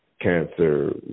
cancer